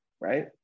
right